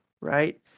right